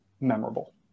memorable